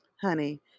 honey